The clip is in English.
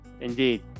Indeed